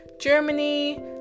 Germany